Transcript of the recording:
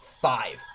five